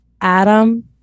Adam